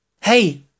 Hey